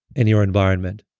in your environment.